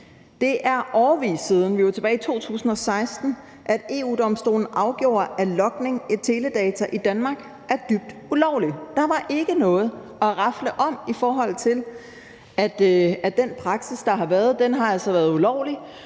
vi er tilbage i 2016 – at EU-Domstolen afgjorde, at logning af teledata i Danmark er dybt ulovlig. Der var ikke noget at rafle om, i forhold til at den praksis, der har været, altså har været ulovlig.